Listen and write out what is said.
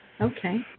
Okay